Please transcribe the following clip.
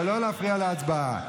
אבל לא להפריע להצבעה.